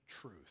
truth